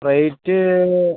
rate